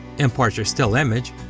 import your still image,